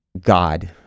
God